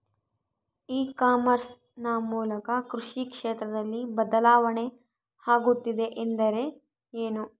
E commerce ನ ಮೂಲಕ ಕೃಷಿ ಕ್ಷೇತ್ರದಲ್ಲಿ ಬದಲಾವಣೆ ಆಗುತ್ತಿದೆ ಎಂದರೆ ಏನು?